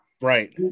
Right